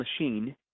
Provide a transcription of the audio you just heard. machine